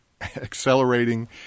accelerating